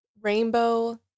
Rainbow